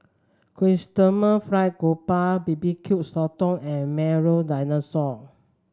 Chrysanthemum Fried Grouper B B Q Sotong and Milo Dinosaur